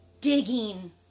digging